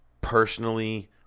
personally